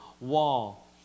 wall